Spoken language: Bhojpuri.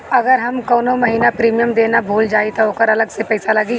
अगर हम कौने महीने प्रीमियम देना भूल जाई त ओकर अलग से पईसा लागी?